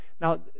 now